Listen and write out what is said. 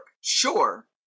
Sure